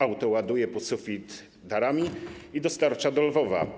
Auto ładuje po sufit darami i dostarcza do Lwowa.